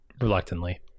reluctantly